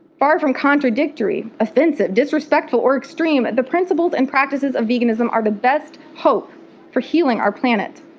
far from contradictory, offensive, disrespectful or extreme, the principles and practices of veganism are the best hope for healing our planet,